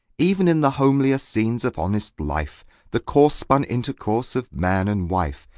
even in the homelier scenes of honest life, the coarse-spun intercourse of man and wife,